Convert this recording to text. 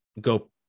go